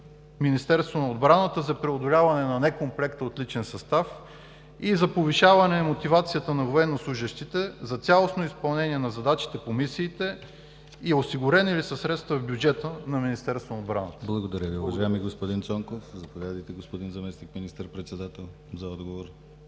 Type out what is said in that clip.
Министерството на отбраната за преодоляване на некомплекта от личен състав и за повишаване мотивацията на военнослужещите за цялостно изпълнение на задачите по мисиите? Осигурени ли са средства в бюджета на Министерството на отбраната? ПРЕДСЕДАТЕЛ ДИМИТЪР ГЛАВЧЕВ: Благодаря Ви, уважаеми господин Цонков. Заповядайте, господин Заместник министър-председател, за отговор.